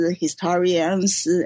historians